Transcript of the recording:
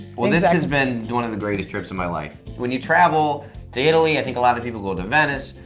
well, this has been one of the greatest trips of my life. when you travel to italy i think a lot of people go to venice,